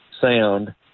sound